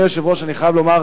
אדוני היושב-ראש, אני חייב לומר,